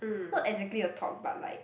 not exactly a talk but like